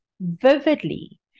vividly